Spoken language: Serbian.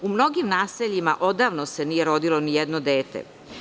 U mnogim naseljima odavno se nije rodilo nijedno dete.